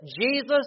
Jesus